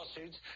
lawsuits